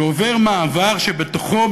שעובר מעבר שבתוכו,